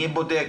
מי בודק,